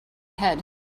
head